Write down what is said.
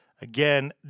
Again